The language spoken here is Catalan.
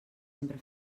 sempre